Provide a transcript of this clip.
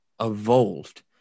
evolved